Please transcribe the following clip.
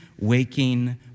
waking